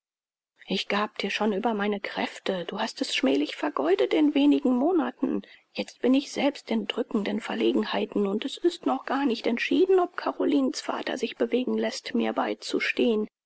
ich gab dir schon über meine kräfte du hast es schmählich vergeudet in wenigen monaten jetzt bin ich selbst in drückenden verlegenheiten und es ist noch gar nicht entschieden ob carolinens vater sich bewegen läßt mir beizustehen